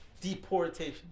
Deportation